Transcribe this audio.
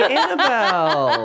Annabelle